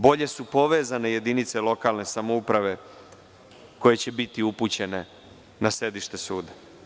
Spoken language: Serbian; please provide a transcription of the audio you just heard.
Bolje su povezane jedinice lokalne samouprave koje će biti upućene na sedište suda.